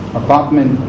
apartment